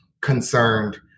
concerned